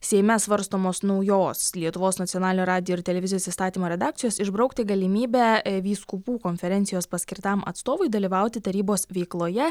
seime svarstomos naujos lietuvos nacionalinio radijo ir televizijos įstatymo redakcijos išbraukti galimybę e vyskupų konferencijos paskirtam atstovui dalyvauti tarybos veikloje